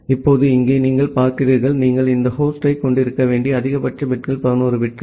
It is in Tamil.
இப்போது இங்கே நீங்கள் பார்க்கிறீர்கள் நீங்கள் இந்த ஹோஸ்டைக் கொண்டிருக்க வேண்டிய அதிகபட்ச பிட்கள் 11 பிட்கள்